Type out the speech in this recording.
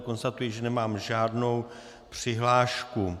Konstatuji, že do ní nemám žádnou přihlášku.